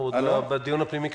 אנחנו עוד בדיון הפנימי.